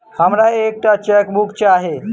हमरा एक टा चेकबुक चाहि